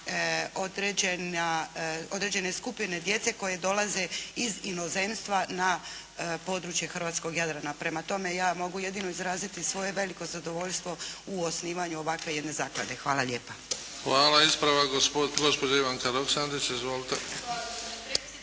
određene skupine djece koje dolaze iz inozemstva na područje hrvatskog Jadrana. Prema tome, ja mogu jedino izraziti svoje veliko zadovoljstvo u osnivanju ovakve jedne zaklade. Hvala lijepa. **Bebić, Luka